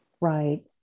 Right